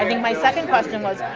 i mean my second question was,